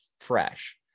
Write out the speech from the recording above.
fresh